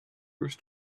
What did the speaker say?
first